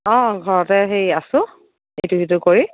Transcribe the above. অ' ঘৰতে হে আছো ইটো সিটো কৰি